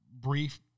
Brief